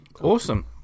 awesome